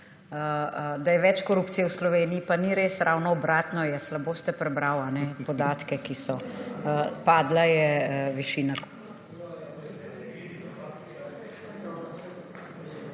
je več korupcije v Sloveniji. Pa ni res, ravno obratno je. Slabo ste prebral podatke. Padla je višina